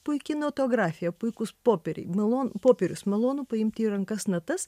puiki notografija puikūs popieriai malonu popierius malonu paimti į rankas natas